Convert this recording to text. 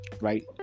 right